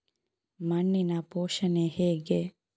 ಮಣ್ಣಿನ ಪೋಷಣೆ ಹೇಗೆ?